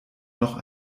noch